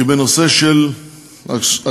היא בנושא של הגברת